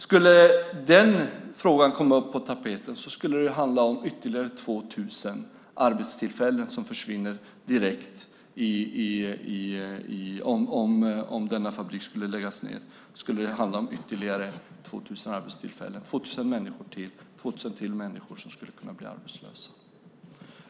Skulle frågan bli aktuell att lägga ned fabriken skulle det handla om ytterligare 2 000 arbetstillfällen som försvinner direkt. Ytterligare 2 000 människor skulle alltså bli arbetslösa.